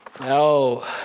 no